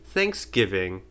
Thanksgiving